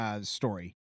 story